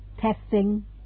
testing